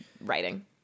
writing